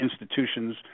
institutions